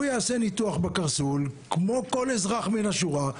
הוא יעשה ניתוח בקרסול כמו כל אזרח מן השורה,